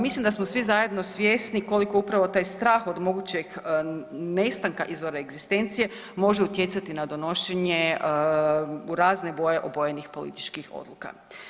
Mislim da smo svi zajedno svjesni koliko upravo taj strah od mogućeg nestanka izvora egzistencije može utjecati na donošenje u razne boje obojenih političkih odluka.